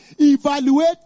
evaluate